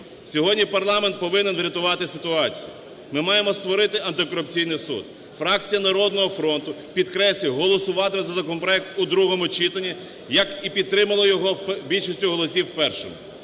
Сьогодні парламент повинен врятувати ситуацію, ми маємо створити антикорупційний суд. Фракція "Народного фронту", підкреслюю, голосуватиме за законопроект у другому читанні, як і підтримала його більшістю голосів в першому.